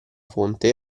fonte